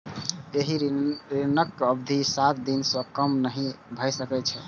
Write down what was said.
एहि ऋणक अवधि सात दिन सं कम नहि भए सकै छै